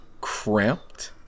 cramped